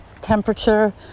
temperature